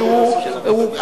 שהוא,